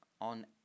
on